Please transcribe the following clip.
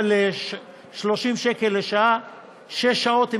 שש שעות,